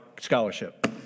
scholarship